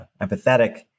empathetic